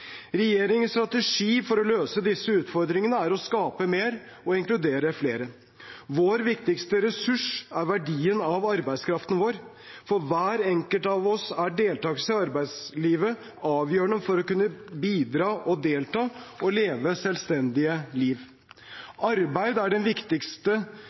Regjeringens strategi for å løse disse utfordringene er å skape mer og inkludere flere. Vår viktigste ressurs er verdien av arbeidskraften vår. For hver enkelt av oss er deltakelse i arbeidslivet avgjørende for å kunne bidra, delta og leve et selvstendig liv.